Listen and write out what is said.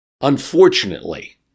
Unfortunately